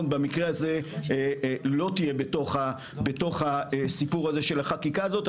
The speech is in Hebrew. במקרה הזה לא תהיה בתוך הסיפור הזה של החקיקה הזאת.